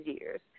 years